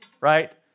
right